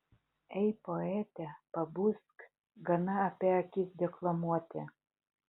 ei poete pabusk gana apie akis deklamuoti